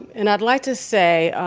and i would like to say,